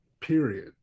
period